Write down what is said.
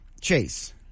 Chase